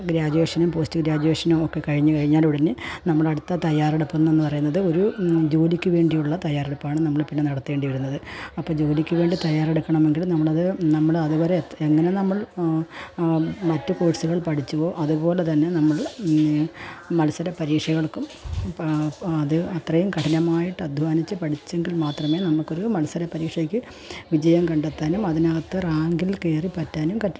ഗ്രാജുവേഷനും post ഗ്രാജുവേഷനുമൊക്കെ കഴിഞ്ഞു കഴിഞ്ഞാൽ ഉടനെ നമ്മുടെ അടുത്ത തയ്യാറെടുപ്പ് എന്ന് പറയുന്നത് ഒരു ജോലിക്ക് വേണ്ടിയുള്ള തയ്യാറെടുപ്പാണ് നമ്മൾ പിന്നെ നടത്തേണ്ടി വരുന്നത് അപ്പം ജോലിക്ക് വേണ്ടി തയ്യാറെടുക്കണമെങ്കിൽ നമ്മൾ അത് നമ്മൾ അതുവരെ എങ്ങനെ നമ്മൾ മറ്റു കോഴ്സുകൾ പഠിച്ചുവോ അതുപോലെ തന്നെ നമ്മൾ മത്സര പരീക്ഷകൾക്കും അത് അത്രയും കഠിനമായിട്ട് അധ്വാനിച്ചു പഠിച്ചെങ്കിൽ മാത്രമേ നമുക്ക് ഒരു മത്സര പരീക്ഷയ്ക്ക് വിജയം കണ്ടെത്താനും അതിനകത്ത് റാങ്കിൽ കയറി പറ്റാനും